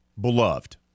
Beloved